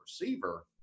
receiver